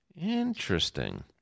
interesting